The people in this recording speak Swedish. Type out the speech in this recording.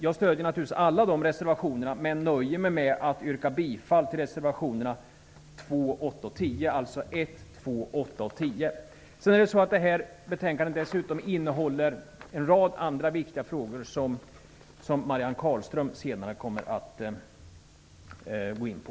Jag stödjer naturligtvis alla de reservationer där dessa förslag framförs men nöjer mig med att yrka bifall till reservationerna 2, 8 och 10. Betänkandet innehåller också en rad andra viktiga frågor, som Marianne Carlström senare kommer att gå in på.